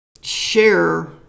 share